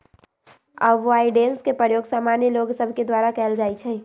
avoidance के प्रयोग सामान्य लोग सभके द्वारा कयल जाइ छइ